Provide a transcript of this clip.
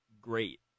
great